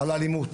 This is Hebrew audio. על אלימות.